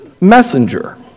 messenger